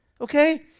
okay